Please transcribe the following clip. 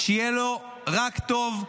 שיהיה לו רק טוב,